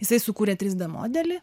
jisai sukūrė trys d modelį